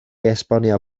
esbonio